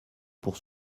pour